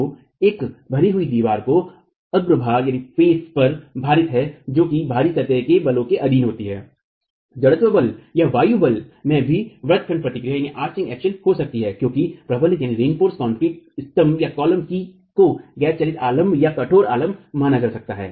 तो एक भरी हुई दीवार जो अग्रभाग पर भारित है जो कि बाहरी सतह के बलों के अधीन होती है जड़त्व बल या वायु बल में भी व्रत खंड प्रतिक्रिया हो सकती है क्योंकि प्रबलित कंक्रीट स्तंभकॉलम को गैर चलती आलम्ब या कठोर आलम्ब माना जा सकता है